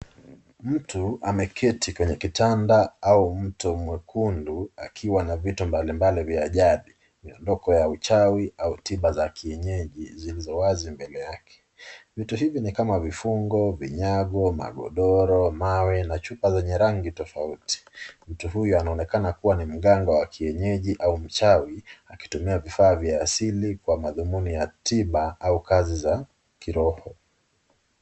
Mtu ameketi kwenye kitanda au muto mwekundu akiwa na vitu mbalimbali vya jadi , miondoko ya uchawi au tiba za kienyeji zilizo wazi mbele . Vitu hivi nikama vifungo , vinyago, magodoro , mawe na chupa zenye rangi tofauti. Mtu huyu anaonekana kuwa ni mganga wa kienyeji au mchawi akitumia bidhaa vya asili kwa mathumuni tiba au kazi za kiroho.